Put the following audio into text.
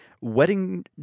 wedding